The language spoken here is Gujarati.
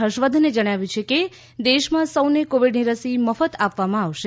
હર્ષવર્ધને જણાવ્યું કે દેશમાં સૌને કોવિડની રસી મફત આપવામાં આવશે